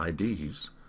IDs